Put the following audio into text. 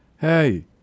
Hey